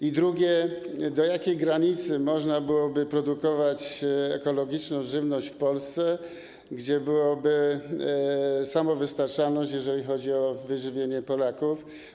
I drugie pytanie: Do jakiej granicy można byłoby produkować ekologiczną żywność w Polsce, gdzie byłaby samowystarczalność, jeżeli chodzi o wyżywienie Polaków?